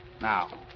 Now